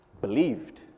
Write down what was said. believed